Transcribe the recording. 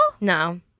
No